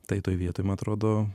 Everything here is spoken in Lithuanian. tai toj vietoj man atrodo